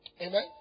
Amen